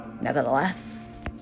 Nevertheless